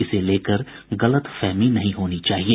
इसे लेकर गलतफहमी नहीं होनी चाहिए